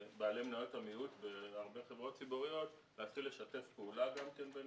המיעוט בהרבה חברות ציבוריות להתחיל לשתף פעולה גם כן ביניהם.